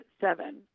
seven